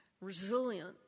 resilient